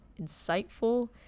insightful